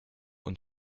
und